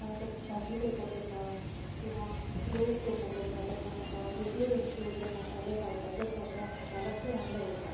हांव जर भाजी करपाची आसा किंवां रोस करपाचो आसा तेन्ना म्हाका ज्यो ज्यो वस्तू जे मसाले घालपाचे आसा तें हांव हाता लागसर हाडून दवरतां